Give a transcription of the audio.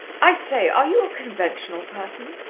i say, are you a conventional person?